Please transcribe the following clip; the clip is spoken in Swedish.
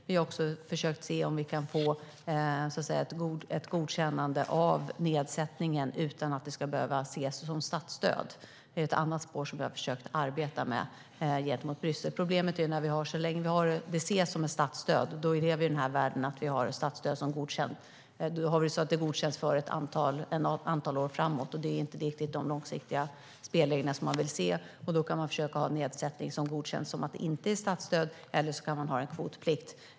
Vi har också försökt se om vi kan få ett godkännande av nedsättningen utan att det ska behöva ses som statsstöd. Det är ett annat spår som vi har försökt arbeta med gentemot Bryssel. Så länge det ses som ett statsstöd lever vi i den världen att vi har ett statsstöd som godkänts för ett antal år framåt, och det är inte de långsiktiga spelregler som vi vill se. Då kan vi försöka ha en nedsättning som godkänns som att det inte är ett statsstöd eller så kan man ha kvotplikt.